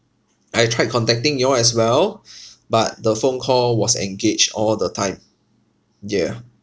I tried contacting you all as well but the phone call was engaged all the time ya